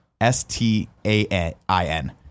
S-T-A-I-N